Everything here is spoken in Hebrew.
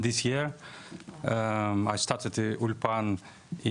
להלן תרגום חופשי)